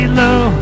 low